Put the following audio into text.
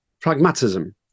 pragmatism